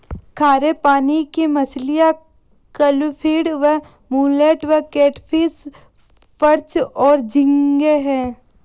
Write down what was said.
खारे पानी की मछलियाँ क्लूपीड, मुलेट, कैटफ़िश, पर्च और झींगे हैं